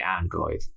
Android